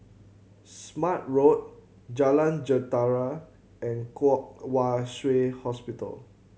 Smart Road Jalan Jentera and Kwong Wai Shiu Hospital